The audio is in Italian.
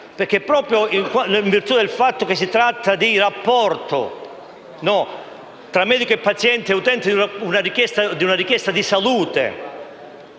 sanità, proprio in virtù del fatto che si tratta di rapporto tra medico e paziente/utente, di una richiesta di salute,